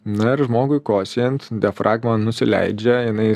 na ir žmogui kosėjant diafragma nusileidžia jinai